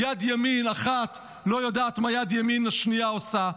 יד ימין אחת לא יודעת מה יד ימין השנייה עושה,